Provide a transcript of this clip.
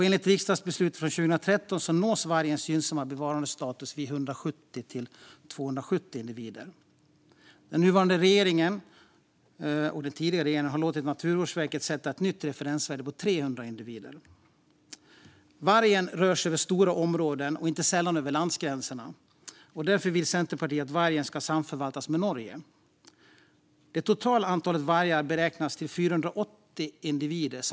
Enligt riksdagsbeslutet från 2013 nås vargens gynnsamma bevarandestatus vid 170-270 individer. Den nuvarande regeringen, och den tidigare regeringen, har låtit Naturvårdsverket sätta ett nytt referensvärde på 300 individer. Vargen rör sig över stora områden och inte sällan över landsgränserna. Därför vill Centerpartiet att vargen ska samförvaltas med Norge. Det totala antalet vargar i Sverige och Norge beräknas till 480 individer.